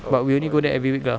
but we only go there every week lah